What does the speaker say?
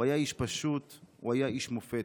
הוא היה איש פשוט, הוא היה איש מופת.